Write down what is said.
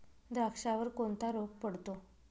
द्राक्षावर कोणता रोग पडतो?